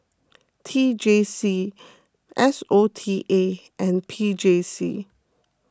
T J C S O T A and P J C